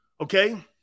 Okay